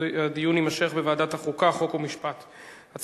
התשע"ב 2012, לוועדת החוקה, חוק ומשפט נתקבלה.